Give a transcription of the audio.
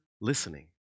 listening